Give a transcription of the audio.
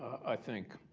i think,